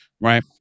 Right